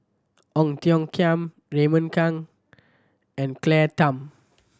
Ong Tiong Khiam Raymond Kang and Claire Tham